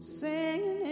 singing